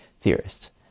theorists